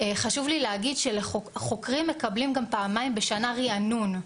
חשוב לי להגיד שחוקרים מקבלים גם פעמיים בשנה רענון,